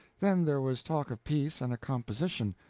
then there was talk of peace and a composition.